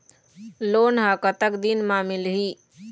Loan ह कतक दिन मा मिलही?